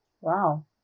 Wow